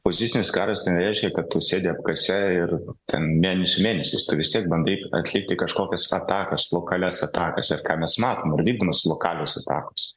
pozicinis karas tai nereiškia kad tu sėdi apkase ir ten mėnesių mėnesiais tu vis tiek bandai atlikti kažkokias atakas lokalias atakas ir ką mes matom ir vykdomod lokalios atakos